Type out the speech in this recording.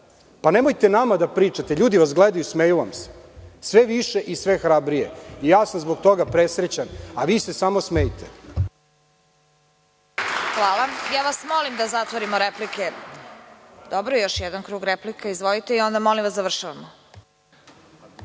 radite. Nemojte nama da pričate, ljudi vas gledaju i smeju vam se, sve više i sve hrabrije i ja sam zbog toga presrećan, a vi se samo smejte. **Vesna Kovač** Molim vas da zatvorimo replike. Dobro još jedan krug replika, izvolite, i onda molim vas završavamo.